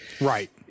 Right